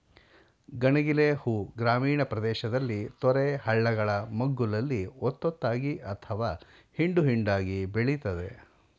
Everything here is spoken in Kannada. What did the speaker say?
ಗಣಗಿಲೆ ಹೂ ಗ್ರಾಮೀಣ ಪ್ರದೇಶದಲ್ಲಿ ತೊರೆ ಹಳ್ಳಗಳ ಮಗ್ಗುಲಲ್ಲಿ ಒತ್ತೊತ್ತಾಗಿ ಅಥವಾ ಹಿಂಡು ಹಿಂಡಾಗಿ ಬೆಳಿತದೆ